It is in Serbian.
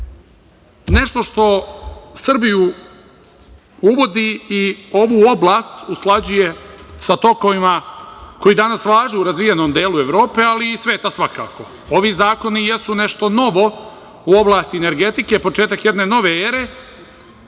nešto što Srbiju uvodi i ovu oblast usklađuje sa tokovima koji danas važe u razvijenom delu Evrope, ali i sveta svakako. Ovi zakoni jesu nešto novo u oblasti energetike, početak jedne nove ere,